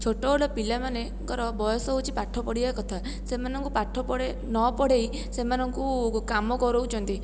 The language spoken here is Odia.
ଛୋଟବେଳେ ପିଲାମାନେଙ୍କର ବୟସ ହେଉଛି ପାଠ ପଢ଼ିବା କଥା ସେମାନଙ୍କୁ ପାଠ ପଢ଼େ ନ ପଢ଼ାଇ ସେମାନଙ୍କୁ କାମ କରଉଛନ୍ତି